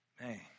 Man